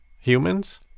humans